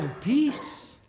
peace